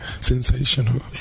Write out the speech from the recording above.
Sensational